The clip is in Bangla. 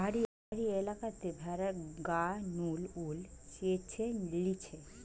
পাহাড়ি এলাকাতে ভেড়ার গা নু উল চেঁছে লিছে